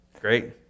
Great